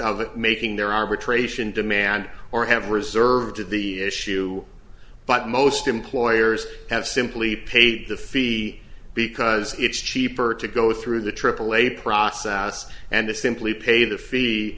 of making their arbitration demand or have reserved to the issue but most employers have simply paid the fee because it's cheaper to go through the aaa process and to simply pay the fee